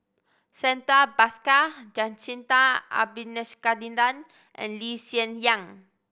Santha Bhaskar Jacintha Abisheganaden and Lee Hsien Yang